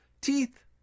teeth